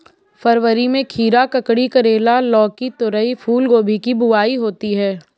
फरवरी में खीरा, ककड़ी, करेला, लौकी, तोरई, फूलगोभी की बुआई होती है